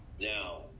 Now